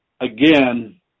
again